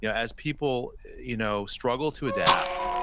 you know as people you know struggle to adapt,